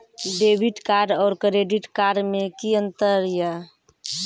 Debit card और credit card मे कि अंतर या?